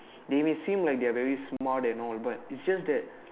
they may seem like they are very smart and all but it's just that